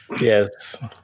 Yes